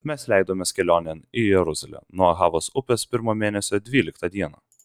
mes leidomės kelionėn į jeruzalę nuo ahavos upės pirmo mėnesio dvyliktą dieną